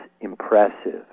impressive